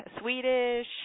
Swedish